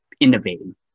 innovating